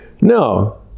No